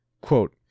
Quote